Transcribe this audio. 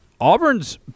Auburn's